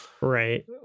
Right